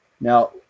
Now